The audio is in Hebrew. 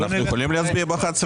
הפסקה.